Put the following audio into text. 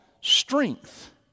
strength